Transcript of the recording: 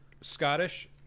Scottish